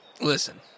Listen